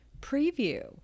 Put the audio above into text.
preview